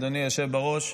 אדוני היושב בראש.